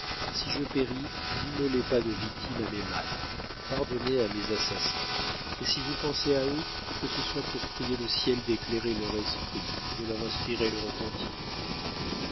si je péris n'immolez pas de victimes à mes mânes pardonnez à mes assassins et si vous pensez à eux que ce soit pour prier le ciel d'éclairer leur esprit et de leur inspirer le repentir